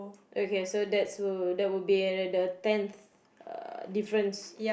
okay so that's would that will be the tenth uh difference